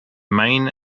mane